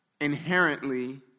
inherently